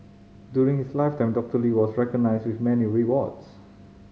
during his lifetime Doctor Lee was recognised with many awards